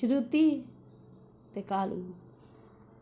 श्रृति ते कालू